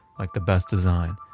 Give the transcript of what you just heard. like the best design,